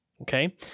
Okay